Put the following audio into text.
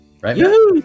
right